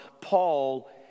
Paul